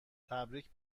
تبریک